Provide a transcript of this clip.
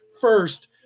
first